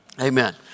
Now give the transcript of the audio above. Amen